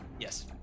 Yes